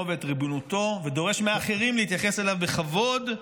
ואת ריבונותו ודורש מאחרים להתייחס אליו בכבוד,